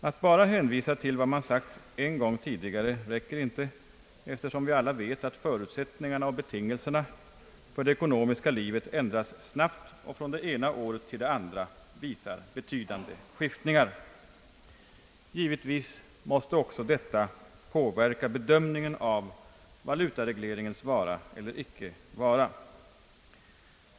Att bara hänvisa till vad man sagt en gång tidigare räcker inte, eftersom vi alla vet att förutsättningarna och betingelserna för det ekonomiska livet ändras snabbt och från det ena året till det andra visar betydande skiftningar. Givetvis måste också detta påverka bedömningen av valutaregleringens vara eller icke vara.